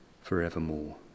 forevermore